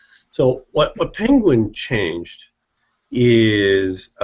so what what penguin changed is.